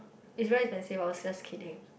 is very expensive I was just kidding